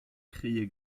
crié